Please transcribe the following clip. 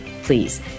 Please